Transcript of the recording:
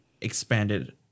expanded